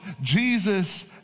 Jesus